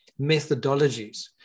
methodologies